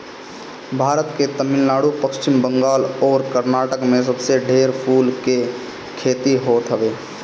भारत के तमिलनाडु, पश्चिम बंगाल अउरी कर्नाटक में सबसे ढेर फूल के खेती होत हवे